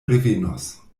revenos